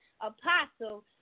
Apostle